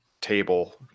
table